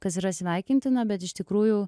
kas yra sveikintina bet iš tikrųjų